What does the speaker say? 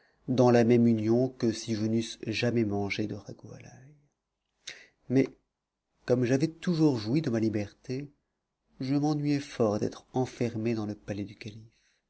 dans la même union que si je n'eusse jamais mangé de ragoût à l'ail mais comme j'avais toujours joui de ma liberté je m'ennuyais fort d'être enfermé dans le